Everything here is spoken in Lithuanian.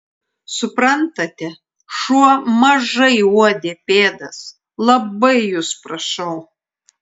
suprantate šuo mažai uodė pėdas labai jus prašau